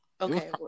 okay